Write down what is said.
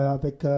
avec